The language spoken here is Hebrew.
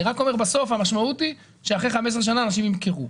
אני רק אומר שבסוף המשמעות היא שאחרי 15 שנים אנשים ימכרו.